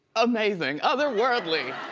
amazing. otherworldly.